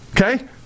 Okay